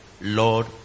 Lord